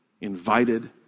invited